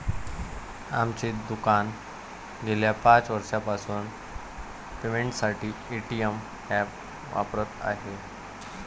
आमचे दुकान गेल्या पाच वर्षांपासून पेमेंटसाठी पेटीएम ॲप वापरत आहे